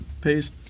peace